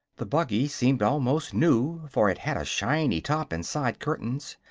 the buggy seemed almost new, for it had a shiny top and side curtains.